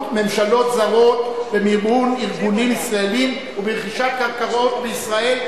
ממשלות זרות במימון ארגונים ישראליים וברכישת קרקעות בישראל,